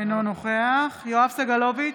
אינו נוכח יואב סגלוביץ'